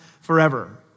forever